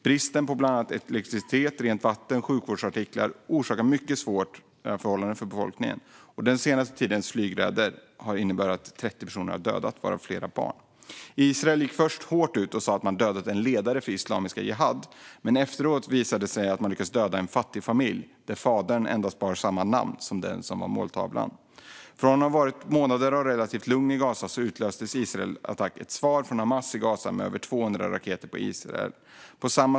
Bristen på bland annat elektricitet, rent vatten och sjukvårdsartiklar orsakar mycket svåra förhållanden för befolkningen. Den senaste tidens flygräder har inneburit att 30 personer dödats, varav flera barn. Israel gick först hårt ut och sa att man dödat en ledare för Islamska jihad, men efteråt visade det sig att man lyckats döda en fattig familj där fadern endast bar samma namn som den som var måltavlan. Efter månader av relativt lugn i Gaza utlöste Israels attack ett svar från Hamas i Gaza med över 200 raketer mot Israel.